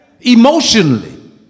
emotionally